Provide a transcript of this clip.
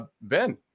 Ben